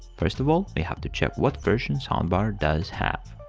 first of all, we have to check what version soundbar does have.